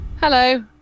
Hello